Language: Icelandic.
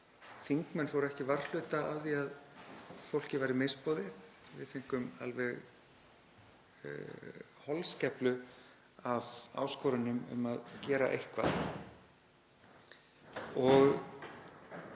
Þingmenn fóru ekki varhluta af því að fólki væri misboðið. Við fengum alveg holskeflu af áskorunum um að gera eitthvað.